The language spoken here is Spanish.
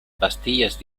pastillas